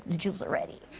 the jewels are ready.